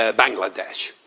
ah bangladesh.